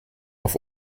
auf